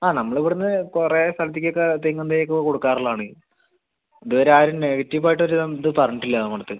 ആ നമ്മൾ ഇവിടെ നിന്ന് കുറെ സ്ഥലത്തേയ്ക്ക് ഒക്കെ തെങ്ങിൻ തൈ ഒക്കെ കൊടുക്കാറുള്ളതാണ് ഇതുവരെ ആരും നെഗറ്റീവ് ആയിട്ട് ഒരു ഇത് പറഞ്ഞിട്ടില്ല നമ്മുടെ അടുത്ത്